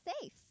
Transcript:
safe